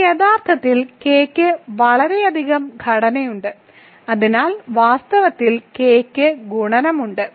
ഇത് യഥാർത്ഥത്തിൽ K ക്ക് വളരെയധികം ഘടനയുണ്ട് അതിനാൽ വാസ്തവത്തിൽ K ക്ക് ഗുണനമുണ്ട്